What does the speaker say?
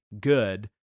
good